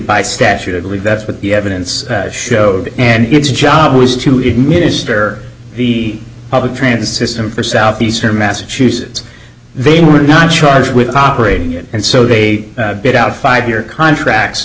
by statute and read that's what the evidence showed and its job was to administer the public transit system for southeastern massachusetts they were not charged with operating it and so they get out five year contract